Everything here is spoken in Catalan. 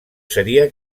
seria